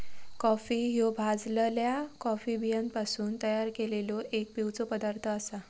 coffee ह्यो भाजलल्या coffee बियांपासून तयार केललो एक पिवचो पदार्थ आसा